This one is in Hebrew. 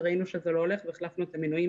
ראינו שזה לא הולך והחלפנו את המינויים